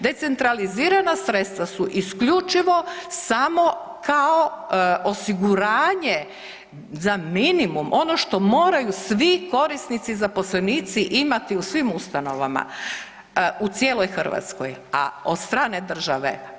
Decentralizirana sredstva su isključivo samo kao osiguranje za minimum, ono što moraju svi korisnici i zaposlenici imati u svim ustanovama u cijeloj Hrvatskoj od strane države.